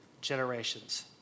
generations